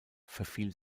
verfiel